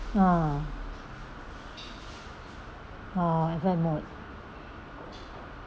ah oh bad mood